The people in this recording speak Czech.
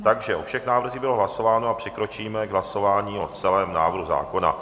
Takže o všech návrzích bylo hlasováno a přikročíme k hlasování o celém návrhu zákona.